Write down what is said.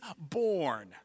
born